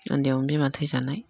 उन्दैआवनो बिमा थैजानाय